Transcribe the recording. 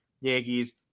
Yankees